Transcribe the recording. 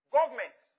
Government